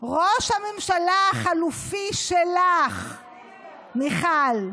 ראש הממשלה החליפי שלך, מיכל,